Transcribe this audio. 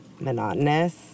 monotonous